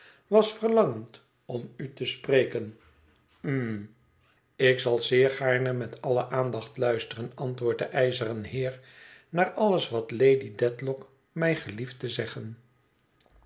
was verlangend om u te spreken hm ik zal zeer gaarne met alle aandacht luisteren antwoordt de ijzeren heer naar alles wat lady dedlock mij gelieft te zeggen